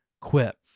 quit